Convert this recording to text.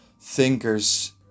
thinkers